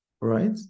Right